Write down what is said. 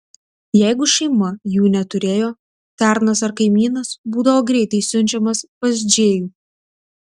jeigu šeima jų neturėjo tarnas ar kaimynas būdavo greitai siunčiamas pas džėjų